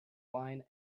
wine